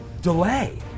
Delay